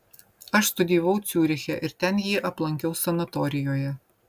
aš studijavau ciuriche ir ten jį aplankiau sanatorijoje